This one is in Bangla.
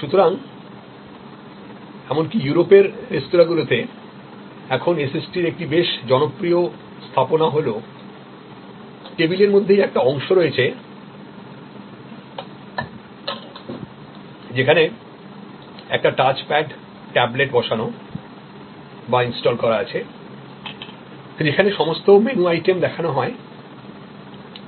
সুতরাং এমনকি ইউরোপের রেস্তোঁরাগুলিতে এখন SST র একটি বেশ জনপ্রিয় স্থাপনা হল টেবিল এর মধ্যেই একটি অংশ রয়েছে যেখানে একটি টাচ প্যাড ট্যাবলেট বসানো বা ইনস্টল করা আছে যেখানে সমস্ত মেনু আইটেম দেখানো হয়